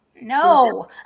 no